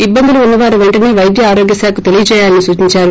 ఇబ్బందులు ఉన్నవారు పెంటనే వైద్య ఆరోగ్య శాఖకు తెలియచేయాలని సూచించారు